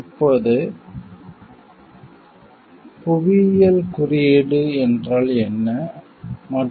இப்போது புவியியல் குறியீடு ஜியோகிராபிகள் இண்டிகேசன் என்றால் என்ன